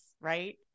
right